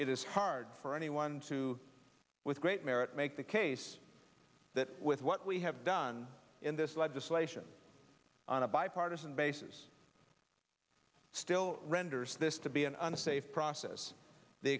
it is hard for anyone to with great merit make the case that with what we have done in this legislation on a bipartisan basis still renders this to be an unsafe process the